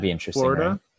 Florida